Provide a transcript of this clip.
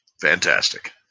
Fantastic